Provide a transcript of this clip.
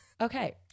okay